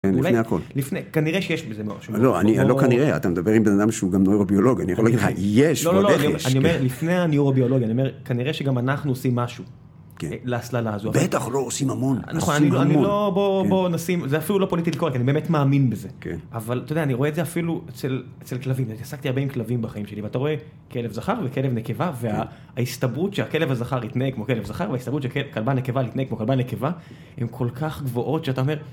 לפני הכל. כנראה שיש בזה משהו. לא, לא כנראה. אתה מדבר עם בן אדם שהוא גם נוירוביולוג, אני יכול להגיד לך, יש. לא לא, אני אומר, לפני הניורוביולוגיה, אני אומר, כנראה שגם אנחנו עושים משהו, להסללה הזו. בטח לא, עושים המון. נכון, אני לא בוא נשים, זה אפילו לא פוליטיקלי קורקט, אני באמת מאמין בזה. אבל אתה יודע, אני רואה את זה אפילו, אצל כלבים, אני עסקתי הרבה עם כלבים בחיים שלי, ואתה רואה כלב זכר וכלב נקבה, וההסתברות שהכלב הזכר יתנהג כמו כלב זכר וההסתברות שהכלבה נקבה יתנהג כמו כלבה נקבה הן כל כך גבוהות שאתה אומר...